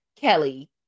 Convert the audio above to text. Kelly